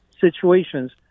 situations